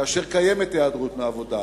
כאשר קיימת היעדרות מעבודה,